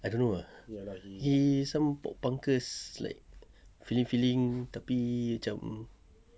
I don't know ah he some pop punkers like feeling feeling tapi macam